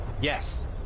Yes